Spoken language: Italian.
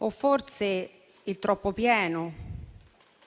o forse il troppo pieno,